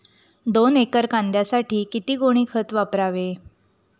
दोन एकर कांद्यासाठी किती गोणी खत वापरावे?